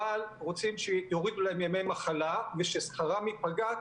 אבל רוצים שיורידו להם ימי מחלה וששכרם ייפגע,